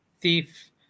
Thief